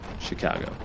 Chicago